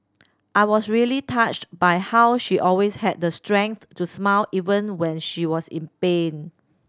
I was really touched by how she always had the strength to smile even when she was in pain